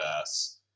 ass